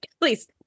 please